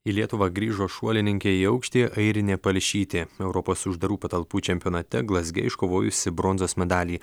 į lietuvą grįžo šuolininkė į aukštį airinė palšytė europos uždarų patalpų čempionate glazge iškovojusi bronzos medalį